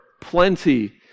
plenty